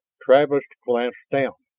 travis glanced down.